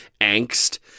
angst